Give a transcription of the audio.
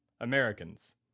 Americans